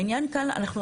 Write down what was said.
העניין כאן,